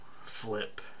flip